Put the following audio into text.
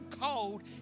cold